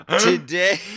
Today